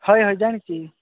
ହଁ ହଇ ଜାଣିଛି